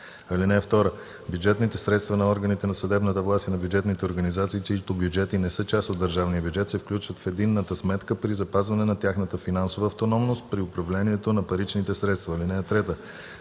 (2) Бюджетните средства на органите на съдебната власт и на бюджетните организации, чиито бюджети не са част от държавния бюджет, се включват в единната сметка при запазване на тяхната финансова автономност при управлението на паричните средства. (3)